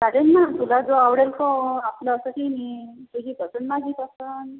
चालेल ना तुला जो आवडेल तो आपलं असं की नी तुझी पसंद माझी पसंद